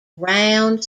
round